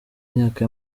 myaka